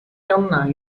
江南